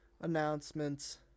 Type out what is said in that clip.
announcements